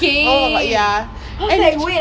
um sofia akra